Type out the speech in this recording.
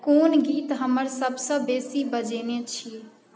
कोन गीत हमर सबसँ बेसी बजेने छी